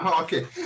Okay